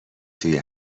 توی